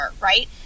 right